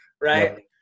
right